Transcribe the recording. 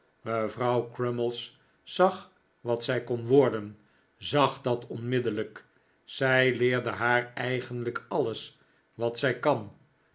mevrouw crummies zag wat zij kon worden zap dat onmiddellijk zij leerde haar eigenlijk alles wat zij kan